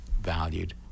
valued